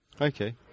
Okay